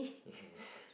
yes